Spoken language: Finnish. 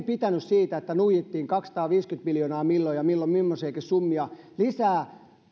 pitänyt siitä että nuijittiin kaksisataaviisikymmentä miljoonaa ja milloin mimmoisiakin summia lisää